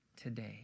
today